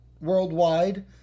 worldwide